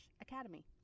academy